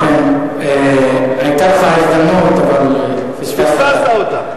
ובכן, היתה לך הזדמנות אבל פספסת, פספסת אותה.